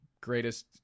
greatest